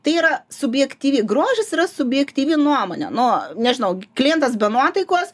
tai yra subjektyvi grožis yra subjektyvi nuomonė nu nežinau klientas be nuotaikos